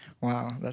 Wow